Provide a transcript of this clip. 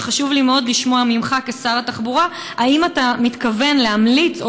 שחשוב לי מאוד לשמוע ממך כשר התחבורה: האם אתה מתכון להמליץ או